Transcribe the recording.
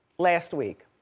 last week.